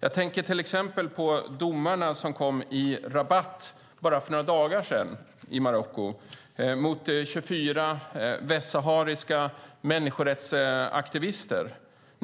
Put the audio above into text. Jag tänker till exempel på domarna som kom i Rabat i Marocko för några dagar sedan mot 24 västsahariska människorättsaktivister.